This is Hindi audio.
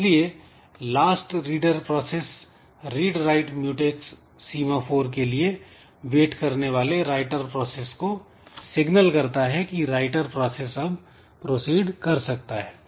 इसलिए last reader process "read write mutex" सीमा फोर के लिए वेट करने वाले राइटर प्रोसेस को सिग्नल करता है की राइटर प्रोसेस अब प्रोसीड कर सकता है